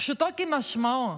פשוטו כמשמעו.